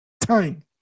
Time